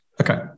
Okay